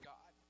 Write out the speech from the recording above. God